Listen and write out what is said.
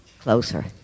Closer